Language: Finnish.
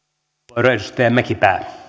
puhemies